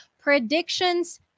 predictions